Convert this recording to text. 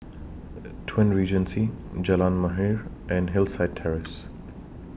Twin Regency Jalan Mahir and Hillside Terrace